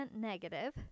negative